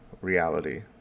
Reality